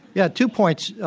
yeah, two points.